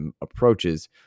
approaches